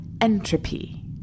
entropy